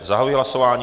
Zahajuji hlasování.